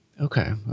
okay